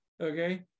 Okay